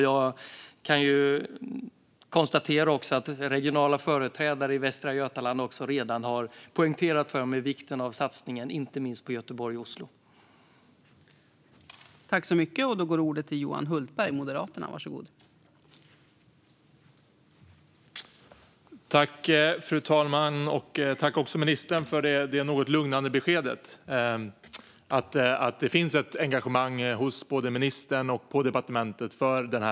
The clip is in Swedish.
Jag kan konstatera att regionala företrädare i Västra Götaland redan har poängterat vikten av satsningen, inte minst Göteborg-Oslo, för mig.